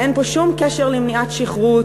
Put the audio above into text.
אין פה שום קשר למניעת שכרות.